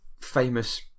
famous